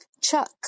Chuck